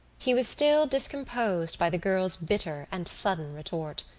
he was still discomposed by the girl's bitter and sudden retort.